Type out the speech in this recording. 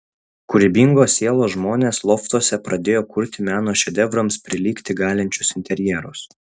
kūrybingos sielos žmonės loftuose pradėjo kurti meno šedevrams prilygti galinčius interjerus